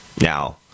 Now